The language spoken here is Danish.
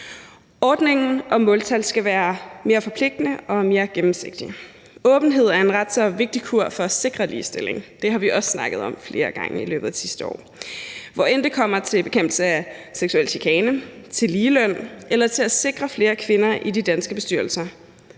Ordningen om måltal skal være mere forpligtende og mere gennemsigtig. Åbenhed er en ret så vigtig kur for at sikre ligestilling. Det har vi også snakket om flere gange i løbet af det sidste år. Hvad end det kommer til bekæmpelse af seksuel chikane, til ligeløn eller til at sikre flere kvinder i de danske bestyrelser,